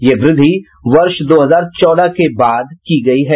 यह वृद्धि वर्ष दो हजार चौदह के बाद की गयी है